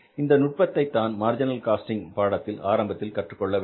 இந்த நுட்பத்தை தான் மார்ஜினல் காஸ்டிங் பாடத்தில் ஆரம்பத்தில் கற்றுக்கொள்ள வேண்டும்